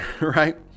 right